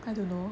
I don't know